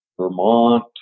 Vermont